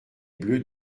bleus